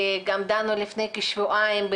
גם דנו לפני כשבועיים,